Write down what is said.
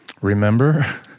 remember